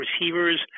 receivers